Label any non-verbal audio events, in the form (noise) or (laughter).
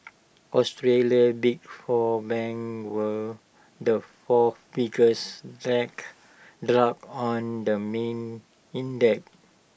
Australia's big four banks were the four biggest (unintelligible) drags on the main index